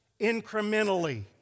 incrementally